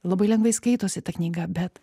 labai lengvai skaitosi ta knyga bet